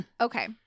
Okay